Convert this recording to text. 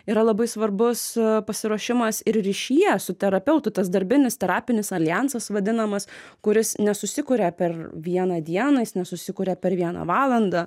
yra labai svarbus pasiruošimas ir ryšyje su terapeutu tas darbinis terapinis aljansas vadinamas kuris nesusikuria per vieną dieną jis nesusikuria per vieną valandą